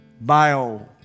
bio